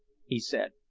he said,